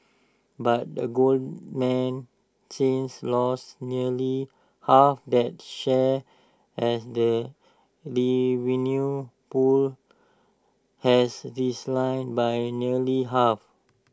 but the Goldman since lost nearly half that share as the revenue pool has declined by nearly half